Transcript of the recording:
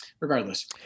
regardless